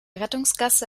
rettungsgasse